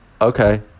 Okay